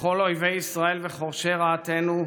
לכל אויבי ישראל וחורשי רעתנו,